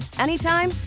anytime